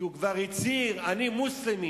כי הוא כבר הצהיר: אני מוסלמי,